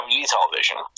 television